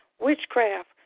witchcraft